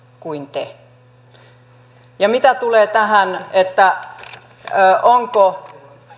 kuin te mitä tulee tähän onko